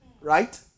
Right